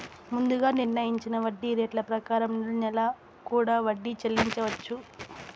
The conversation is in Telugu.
ముందుగా నిర్ణయించిన వడ్డీ రేట్ల ప్రకారం నెల నెలా కూడా వడ్డీ చెల్లించవచ్చు